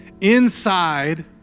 inside